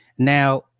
now